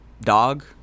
dog